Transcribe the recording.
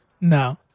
No